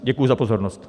Děkuji za pozornost.